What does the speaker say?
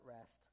rest